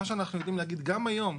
גם היום,